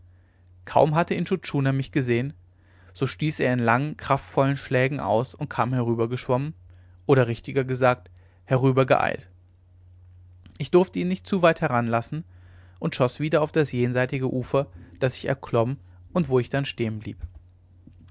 kaum hatte intschu tschuna mich gesehen so stieß er in langen kraftvollen schlägen aus und kam herübergeschwommen oder richtiger gesagt herübergeeilt ich durfte ihn nicht zu weit heranlassen und schoß wieder auf das jenseitige ufer das ich erklomm und wo ich dann stehen blieb